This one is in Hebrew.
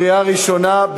בקריאה ראשונה.